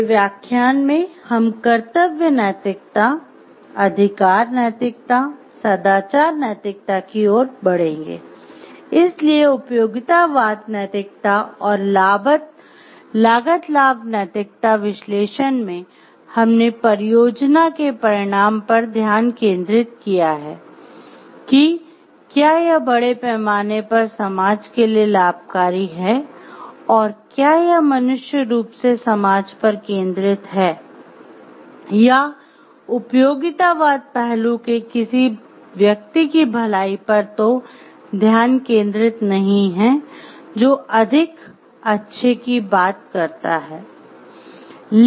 अगले व्याख्यान में हम कर्तव्य नैतिकता अधिकार नैतिकता सदाचार नैतिकता की ओर बढ़ेंगे इसलिए उपयोगितावाद नैतिकता और लागत लाभ नैतिकता विश्लेषण में हमने परियोजना के परिणाम पर ध्यान केंद्रित किया है कि क्या यह बड़े पैमाने पर समाज के लिए लाभकारी है और क्या यह मुख्य रूप से समाज पर केंद्रित है या उपयोगितावाद पहलू के किसी व्यक्ति की भलाई पर तो ध्यान केंद्रित नहीं है जो अधिक अच्छे की बात करता है